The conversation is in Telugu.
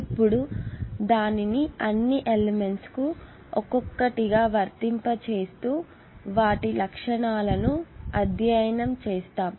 ఇప్పుడు దానిని అన్నీ ఎలెమెంట్స్ కు ఒక్కొక్కటిగా వర్తింప చేస్తూ మరియు వాటి లక్షణాలను అధ్యయనం చేస్తాము